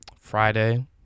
Friday